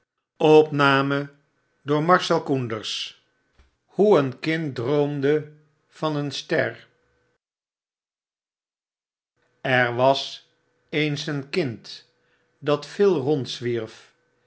hoe een kind droomde van een stee er was eens een kind dat veel rondzwierf